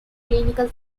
clinical